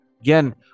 Again